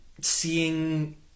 Seeing